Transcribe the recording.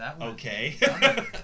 Okay